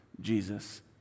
Jesus